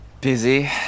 Busy